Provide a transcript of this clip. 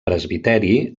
presbiteri